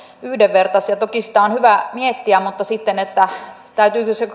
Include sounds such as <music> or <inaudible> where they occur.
yhdenvertaisia toki sitä on on hyvä miettiä mutta sitten täytyykö sen <unintelligible>